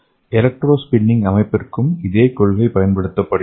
electro spinning அமைப்பிற்கும் இதே கொள்கை பயன்படுத்தப்படுகிறது